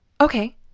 Okay